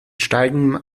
steigendem